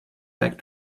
back